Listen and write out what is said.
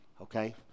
okay